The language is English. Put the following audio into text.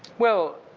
well,